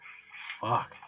fuck